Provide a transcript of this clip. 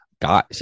guys